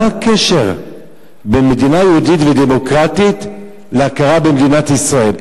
מה הקשר בין מדינה יהודית ודמוקרטית להכרה במדינת ישראל?